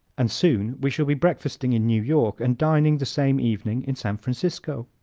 and soon we shall be breakfasting in new york and dining the same evening in san francisco!